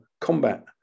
Combat